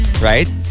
right